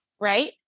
right